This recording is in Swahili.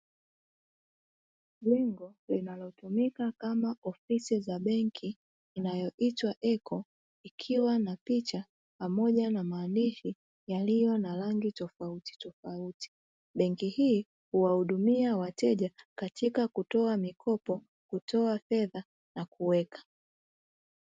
Jengo linalotumika kama ofisi za benki inayoitwa "Eco" ikiwa na picha pamoja na maandishi yaliyo na rangi tofauti tofauti. Benki hii huwahudumia wateja katika kutoa mikopo, kutoa fedha na kuweka.